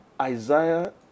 Isaiah